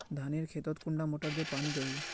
धानेर खेतोत कुंडा मोटर दे पानी दोही?